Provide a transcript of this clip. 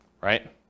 right